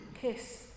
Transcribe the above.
kiss